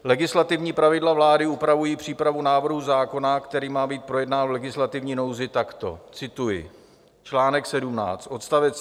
Legislativní pravidla vlády upravují přípravu návrhů zákona, který má být projednán v legislativní nouzi takto cituji: Článek 17 odst.